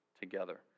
together